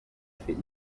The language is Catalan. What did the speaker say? fill